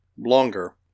longer